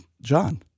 John